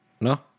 No